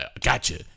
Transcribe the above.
gotcha